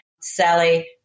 Sally